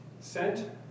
sent